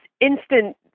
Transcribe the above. instant